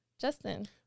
justin